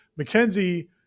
McKenzie